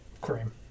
cream